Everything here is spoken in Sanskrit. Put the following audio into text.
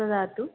ददातु